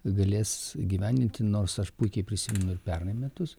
galės įgyvendinti nors aš puikiai prisimenu ir pernai metus